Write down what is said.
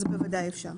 זה בוודאי אפשר.